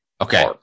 Okay